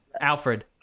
alfred